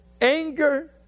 anger